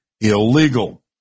illegal